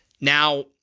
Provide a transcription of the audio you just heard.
Now